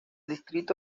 distrito